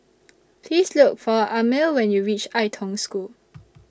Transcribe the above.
Please Look For Amil when YOU REACH Ai Tong School